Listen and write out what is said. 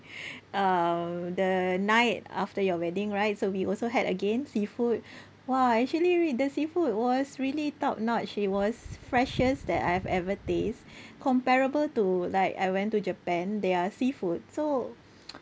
uh the night after your wedding right so we also had again seafood !wah! actually rea~ the seafood was really top-notch it was freshest that I've ever taste comparable to like I went to Japan their seafood so